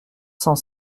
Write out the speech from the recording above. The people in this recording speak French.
cent